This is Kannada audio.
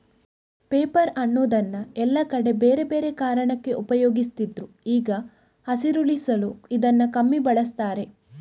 ಪೇಪರ್ ಅನ್ನುದನ್ನ ಎಲ್ಲಾ ಕಡೆ ಬೇರೆ ಬೇರೆ ಕಾರಣಕ್ಕೆ ಉಪಯೋಗಿಸ್ತಿದ್ರು ಈಗ ಹಸಿರುಳಿಸಲು ಇದನ್ನ ಕಮ್ಮಿ ಬಳಸ್ತಾರೆ